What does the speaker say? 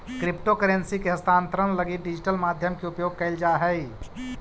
crypto currency के हस्तांतरण लगी डिजिटल माध्यम के उपयोग कैल जा हइ